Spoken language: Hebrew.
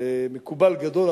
מקובל גדול.